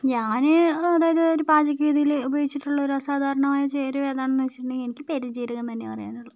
ഞാൻ അതായത് ഒരു പാചകരീതിയിൽ ഉപയോഗിച്ചിട്ടുള്ള ഒരു അസാധാരണമായ ചേരുവ ഏതാണെന്ന് വെച്ചിട്ടുണ്ടെങ്കിൽ എനിക്ക് പെരുംജീരകമെന്ന് തന്നെ പറയാനുള്ളൂ